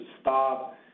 stop